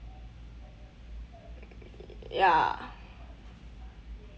ya